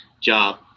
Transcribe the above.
job